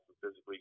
physically